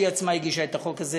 שהיא עצמה הגישה את החוק הזה